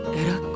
era